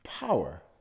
Power